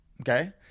Okay